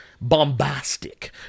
bombastic